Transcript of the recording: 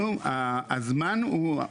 הזמן הוא,